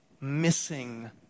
missing